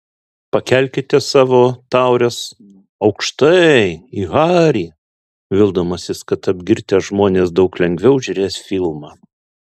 pakelkite savo taures aukštai į harį vildamasis kad apgirtę žmonės daug lengviau žiūrės filmą